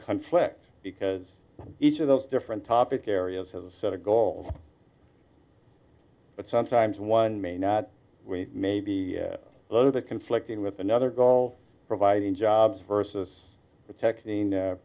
conflict because each of those different topic areas has a goal but sometimes one may not may be below the conflicting with another goal providing jobs versus protecting a